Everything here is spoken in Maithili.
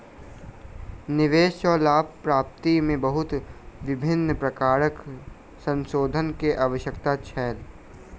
निवेश सॅ लाभ प्राप्ति में बहुत विभिन्न प्रकारक संशोधन के आवश्यकता छल